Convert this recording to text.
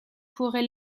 pourrait